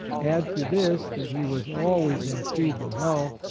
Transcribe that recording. add to this that he was always in feeble health,